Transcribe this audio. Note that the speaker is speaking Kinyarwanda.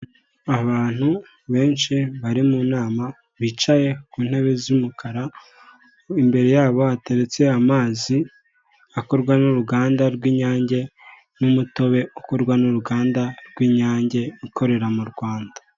Abantu benshi bari mu nama bicaye ku ntebe z'umukara, imbere yabo hateretse amazi akorwa n'uruganda rw'Inyange n'umutobe ukorwa n'uruganda rw'Inyange ikorera mu Rwanda.